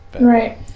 Right